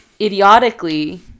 idiotically